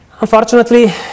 Unfortunately